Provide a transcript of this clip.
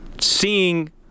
seeing